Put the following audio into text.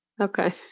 Okay